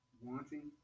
wanting